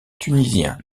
tunisien